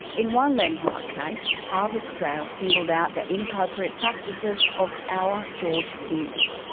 in one landmark case, harvest trail singled out the inappropriate practices of hour george him,